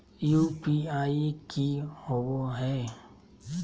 UPI की होबो है?